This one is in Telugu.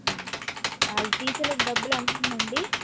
ఆ అలా తీసినందుకు డబ్బు ఎంత అవుతుంది అండి